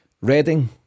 Reading